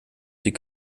sie